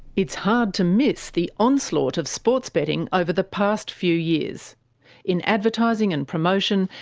it's hard to miss the onslaught of sports betting over the past few years in advertising and promotion,